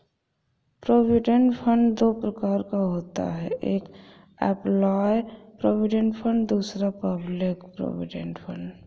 provident fund दो प्रकार का होता है एक एंप्लॉय प्रोविडेंट फंड दूसरा पब्लिक प्रोविडेंट फंड